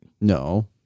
no